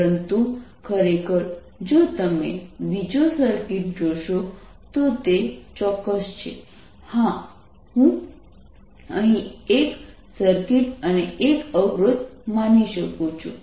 પરંતુ ખરેખર જો તમે બીજો સર્કિટ જોશો તો તે ચોક્કસ છે આ હું અહીં એક સર્કિટ અને એક અવરોધ માની શકું છું